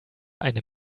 eine